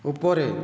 ଉପରେ